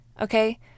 okay